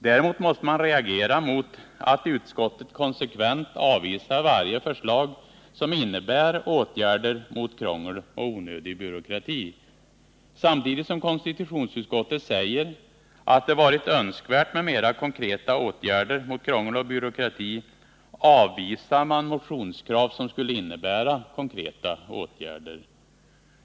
Däremot måste man reagera mot att utskottet konsekvent avvisar varje förslag som innebär åtgärder mot krångel och onödig byråkrati. Samtidigt som konstitutionsut 95 krångel och onödig byråkrati skottet säger att det varit önskvärt med mera konkreta åtgärder mot krångel och byråkrati avvisar man motionskrav som skulle innebära konkreta åtgärder.